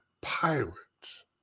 pirates